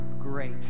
great